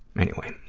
anyway,